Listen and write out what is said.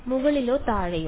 മുകളിലോ താഴെയോ